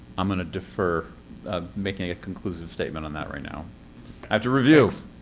i'm gonna defer making a conclusive statement on that right now. i have to review!